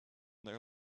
their